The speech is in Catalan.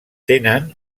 tenen